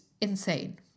insane